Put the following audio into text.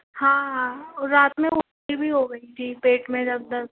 हाँ रात में उल्टी भी हो गई थी पेट में जब दर्द